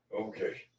Okay